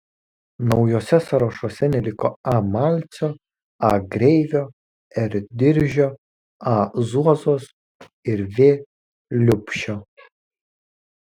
naujuose sąrašuose neliko a malcio a grevio r diržio a zuozos ir v liubšio